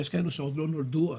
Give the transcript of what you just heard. יש כאלה שעוד לא נולדו אז,